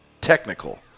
technical